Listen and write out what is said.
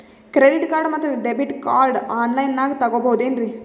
Credit card ಮತ್ತು debit card ಆನ್ ಲೈನಾಗ್ ತಗೋಬಹುದೇನ್ರಿ?